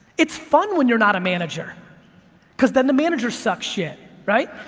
it's fun when you're not a manager cause then the manager sucks shit, right?